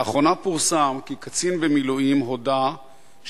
לאחרונה פורסם כי קצין במילואים הודה שעיתונאי